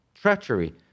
treachery